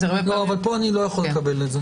פה איני יכול לקבל את זה.